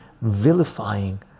vilifying